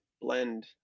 blend